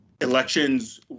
elections